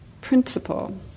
principle